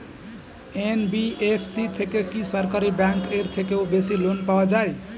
NBFC থেকে কি সরকারি ব্যাংক এর থেকেও বেশি লোন পাওয়া যায়?